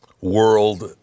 world